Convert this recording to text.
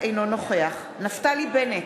אינו נוכח נפתלי בנט,